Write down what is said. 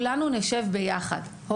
נשב ביחד,